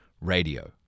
radio